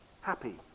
happy